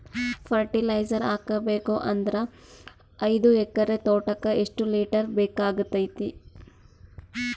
Fertiliser ಹಾಕಬೇಕು ಅಂದ್ರ ಐದು ಎಕರೆ ತೋಟಕ ಎಷ್ಟ ಲೀಟರ್ ಬೇಕಾಗತೈತಿ?